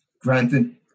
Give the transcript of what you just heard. granted